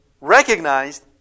recognized